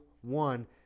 one